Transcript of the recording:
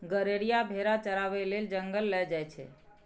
गरेरिया भेरा चराबै लेल जंगल लए जाइ छै